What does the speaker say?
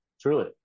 Truly